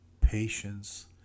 patience